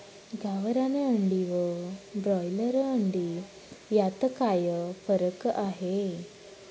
गावरान अंडी व ब्रॉयलर अंडी यात काय फरक आहे?